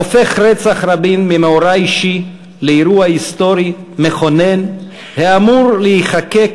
הופך רצח רבין ממאורע אישי לאירוע היסטורי מכונן האמור להיחקק